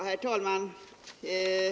Herr talman!